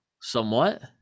somewhat